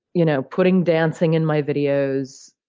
you know putting dancing in my videos,